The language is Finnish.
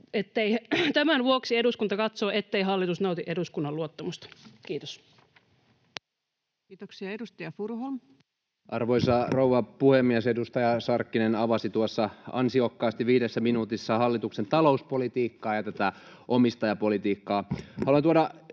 Tämän vuoksi eduskunta katsoo, ettei hallitus nauti eduskunnan luottamusta.” — Kiitos. Kiitoksia. — Edustaja Furuholm. Arvoisa rouva puhemies! Edustaja Sarkkinen avasi tuossa ansiokkaasti viidessä minuutissa hallituksen talouspolitiikkaa ja omistajapolitiikkaa.